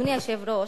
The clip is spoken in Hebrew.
אדוני היושב-ראש,